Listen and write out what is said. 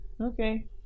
Okay